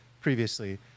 previously